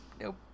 Nope